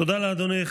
תודה לאדוני.